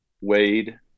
Wade